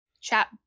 chat